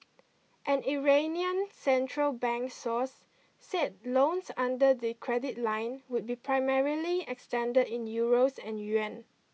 an Iranian central bank source said loans under the credit line would be primarily extended in euros and yuan